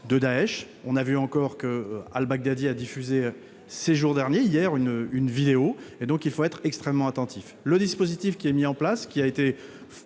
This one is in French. de Daech on a vu encore que Al-Baghdadi a diffusé ces jours derniers, hier, une une vidéo, et donc il faut être extrêmement attentif, le dispositif qui est mis en place qui a été